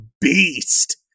beast